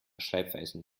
schreibweisen